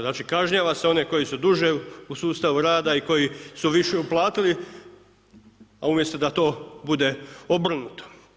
Znači kažnjava se one koji su duže u sustavu rada i koji su više uplatili a umjesto da to bude obrnuto.